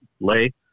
lay